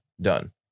Done